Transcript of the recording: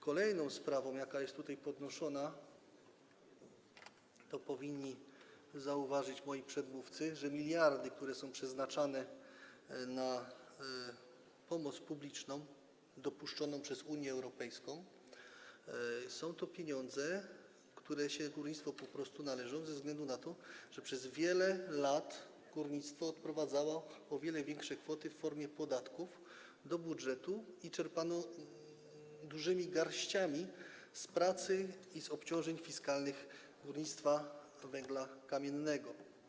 Kolejną sprawą, jaka jest tutaj podnoszona, jest to, że moi przedmówcy powinni zauważyć, iż miliardy, które są przeznaczane na pomoc publiczną dopuszczoną przez Unię Europejską, to pieniądze, które się górnictwu po prostu należą ze względu na to, że przez wiele lat górnictwo odprowadzało o wiele większe kwoty w formie podatków do budżetu i czerpano garściami z pracy i z obciążeń fiskalnych górnictwa węgla kamiennego.